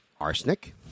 arsenic